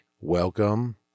Welcome